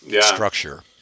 structure